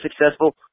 successful